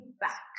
back